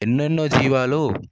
ఎన్నెన్నో జీవాలు